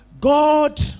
God